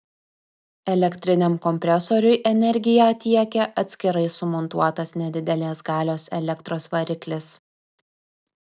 elektriniam kompresoriui energiją tiekia atskirai sumontuotas nedidelės galios elektros variklis